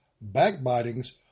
backbitings